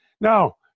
Now